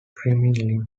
kremlin